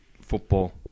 football